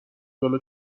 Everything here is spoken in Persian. جلو